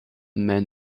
men